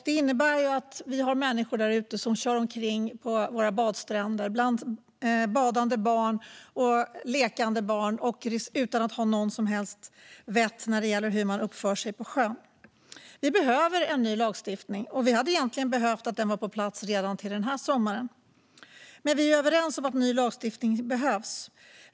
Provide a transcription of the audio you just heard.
Det innebär att vi har människor därute som kör omkring på våra badstränder bland badande och lekande barn utan något som helst vett om hur man uppför sig på sjön. Vi behöver en ny lagstiftning. Vi hade egentligen behövt att den var på plats redan till den här sommaren. Men vi är överens om att ny lagstiftning behövs.